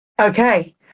Okay